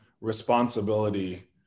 responsibility